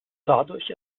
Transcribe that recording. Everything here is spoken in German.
dadurch